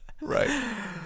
right